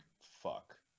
fuck